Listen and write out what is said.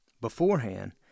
beforehand